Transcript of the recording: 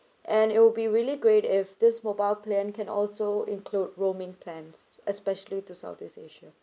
and it will be really great if this mobile plan can also include roaming plans especially to southeast asia